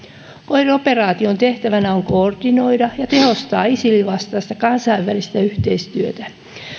oir operaa tion tehtävänä on koordinoida ja tehostaa isilin vastaista kansainvälistä yhteistyötä